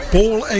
Paul